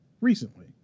recently